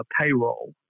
payroll